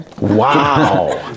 Wow